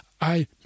I